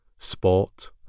sport